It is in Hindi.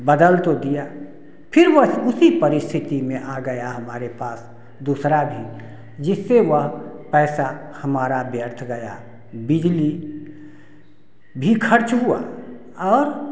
बदल तो दिया फिर वस उसी परिस्थिति में आ गया हमारे पास दूसरा भी जिससे वह पैसा हमारा व्यर्थ गया बिजली भी खर्च हुआ और